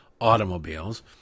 automobiles